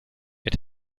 mit